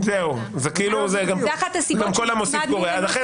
כל המוסיף גורע.